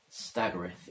staggereth